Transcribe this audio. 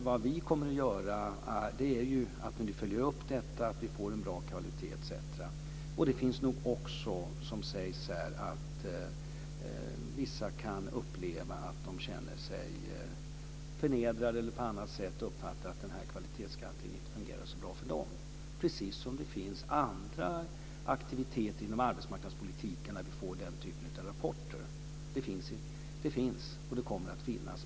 Vad vi kommer att göra är ju att vi nu följer upp detta så att vi får en bra kvalitet etc. Det kan nog också vara så som sägs här att vissa kan uppleva att de känner sig förnedrade eller på annat sätt uppfattar att den här kvalitetsgarantin inte fungerar så bra för dem - precis som det finns andra aktiviteter inom arbetsmarknadspolitiken där vi får den typen av rapporter. Det finns, och det kommer att finnas.